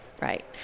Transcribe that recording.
right